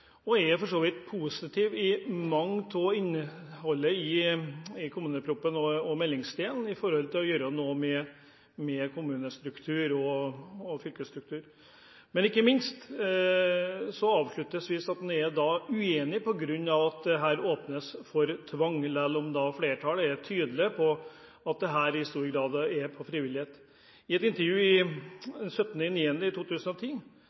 og er for så vidt positive til mye av innholdet i kommuneproposisjonen når det gjelder å gjøre noe med kommunestruktur og fylkesstruktur. Men en er altså uenig på grunn av at det her åpnes for tvang, selv om flertallet er tydelig på at dette i stor grad skal være frivillig. I et intervju 17. september 2010